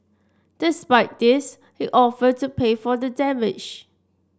despite this he offered to pay for the damage